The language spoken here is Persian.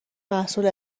محصول